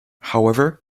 however